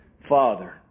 Father